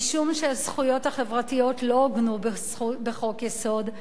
משום שהזכויות החברתיות לא עוגנו בחוק-יסוד,